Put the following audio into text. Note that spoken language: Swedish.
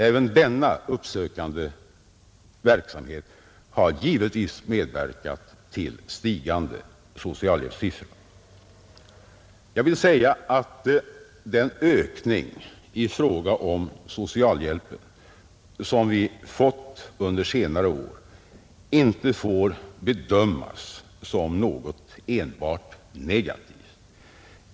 Även denna uppsökande verksamhet har givetvis medverkat till stigande socialhjälpssiffror. Den ökning i fråga om socialhjälpen som vi fått under senare år får inte bedömas som något enbart negativt.